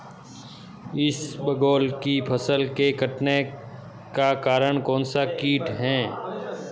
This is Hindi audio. इसबगोल की फसल के कटने का कारण कौनसा कीट है?